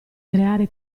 creare